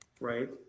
right